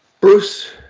Bruce